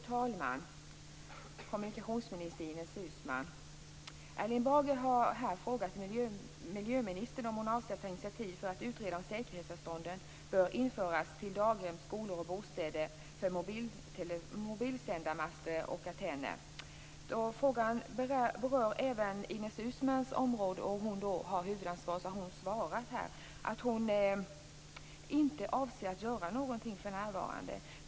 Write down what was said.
Uusmann! Erling Bager har frågat miljöministern om hon avser ta initiativ för att utreda om säkerhetsavstånd bör införas till daghem, skolor och bostäder för mobilsändare och antenner. Frågan berör även Ines Uusmanns område, och eftersom hon har huvudansvaret har hon här svarat att hon inte avser att göra någonting för närvarande.